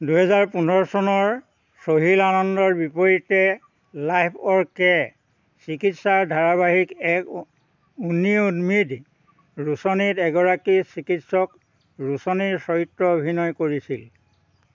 দুহেজাৰ পোন্ধৰ চনৰ চহিল আনন্দৰ বিপৰীতে লাইফ অ'কে চিকিৎসাৰ ধাৰাবাহিক এক উনী উম্মীদ ৰোশনীত এগৰাকী চিকিৎসক ৰোশনীৰ চৰিত্ৰত অভিনয় কৰিছিল